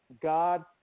God